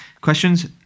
questions